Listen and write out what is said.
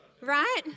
right